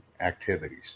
activities